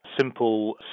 simple